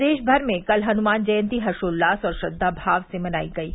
प्रदेश भर में कल हनुमान जयन्ती हर्षोल्लास और श्रद्वाभाव से मनायी गयी